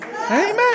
Amen